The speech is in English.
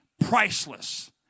priceless